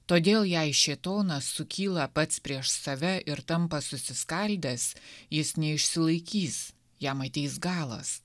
todėl jei šėtonas sukyla pats prieš save ir tampa susiskaldęs jis neišsilaikys jam ateis galas